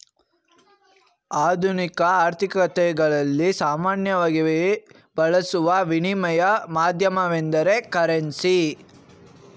ಆಧುನಿಕ ಆರ್ಥಿಕತೆಗಳಲ್ಲಿ ಸಾಮಾನ್ಯವಾಗಿ ಬಳಸುವ ವಿನಿಮಯ ಮಾಧ್ಯಮವೆಂದ್ರೆ ಕರೆನ್ಸಿ